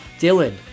Dylan